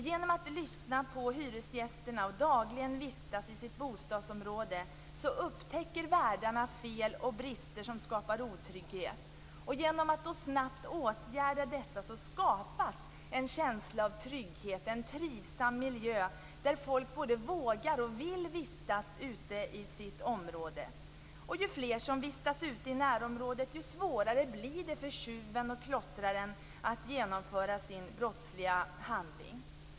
Genom att lyssna på hyresgästerna och dagligen vistas i sitt bostadsområde upptäcker värdarna brister och fel som skapar otrygghet. Genom att snabbt åtgärda dessa skapas en känsla av trygghet, en trivsam miljö. Folk både vågar och vill vistas ute i sitt område. Och ju fler som vistas ute i närområdet, desto svårare blir det för tjuven och klottraren att genomföra sin brottsliga handling.